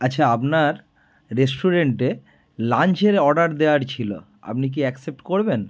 আচ্ছা আপনার রেস্টুরেন্টে লাঞ্চের অর্ডার দেওয়ার ছিলো আপনি কি অ্যাকসেপ্ট করবেন